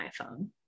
iPhone